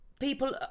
People